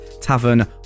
tavern